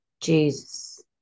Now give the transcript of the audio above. Jesus